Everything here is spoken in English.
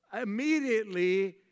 immediately